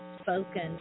spoken